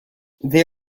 they